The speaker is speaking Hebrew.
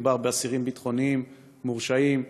מדובר באסירים ביטחוניים מורשעים,